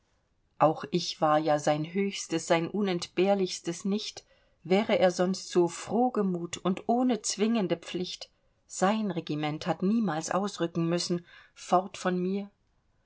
auch ich war ja sein höchstes sein unentbehrlichstes nicht wäre er sonst so frohgemut und ohne zwingende pflicht sein regiment hat niemals ausrücken müssen fort von mir